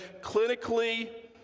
clinically